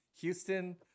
Houston